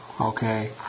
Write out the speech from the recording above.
okay